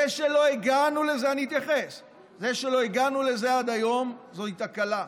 זה שלא הגענו לזה עד היום זוהי תקלה,